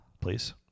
please